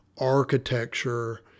architecture